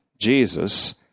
Jesus